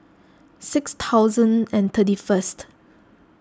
six thousand and thirty first